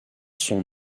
son